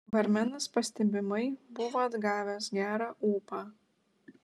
barmenas pastebimai buvo atgavęs gerą ūpą